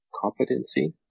competency